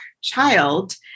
child